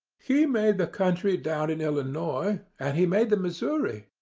he made the country down in illinois, and he made the missouri,